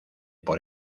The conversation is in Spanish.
por